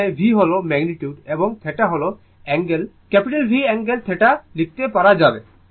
এখানে V হল magnitude এবং θ হল অ্যাঙ্গেলV অ্যাঙ্গেল θ লিখতে পারা যাবে